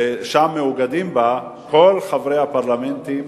ומאוגדים בה כל חברי הפרלמנטים